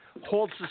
holds